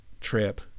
trip